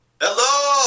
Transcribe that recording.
Hello